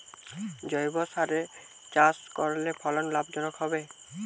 জৈবসারে চাষ করলে ফলন লাভজনক হবে?